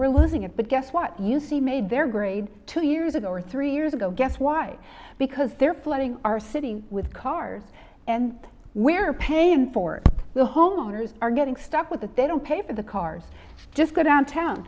we're losing it but guess what you see made their grade two years ago or three years ago guess why because they're flooding our city with cars and we're paying for the homeowners are getting stuck with it they don't pay for the cars just go downtown